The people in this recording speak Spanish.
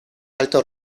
alto